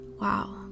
wow